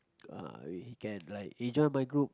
ah he can like eh join my group